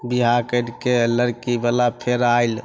बिआह करिके लड़कीवला फेर आएल